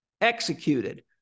executed